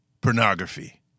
pornography